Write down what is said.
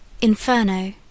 Inferno